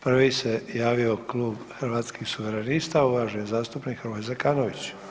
Prvi se javio klub Hrvatskih suverenista, uvaženi zastupnik Hrvoje Zekanović.